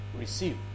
receive